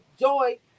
Joy